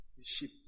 sheep